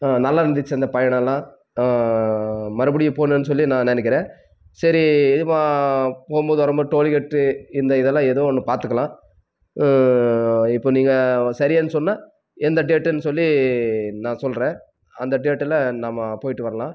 நல்லா இருந்துச்சு அந்த பயணம்லாம் மறுபடியும் போகணுன்னு சொல்லி நான் நினைக்கிறேன் சரி இதுப்பா போகும்போது வரும்போது டோல்கேட்டு இந்த இதெல்லாம் ஏதோ ஒன்று பார்த்துக்கலாம் இப்போ நீங்கள் சரியான்னு சொன்னால் எந்த டேட்டுன்னு சொல்லி நான் சொல்கிறேன் அந்த டேட்டில் நம்ம போய்ட்டு வரலாம்